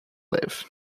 live